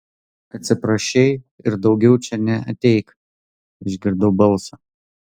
atsiprašei ir daugiau čia neateik išgirdau balsą